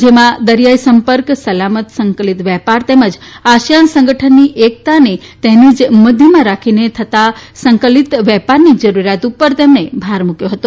જેમાં દરિયાઇ સંપર્ક સલામત સંકલિત વેપાર તેમજ આશિયાન સંગઠનની એકતા અને તેને જ મધ્યમાં રાખીને થતાં સંકલિત વેપારની જરૂરીયાત ઉપર પણ ભાર મુકયો હતો